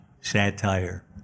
satire